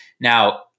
now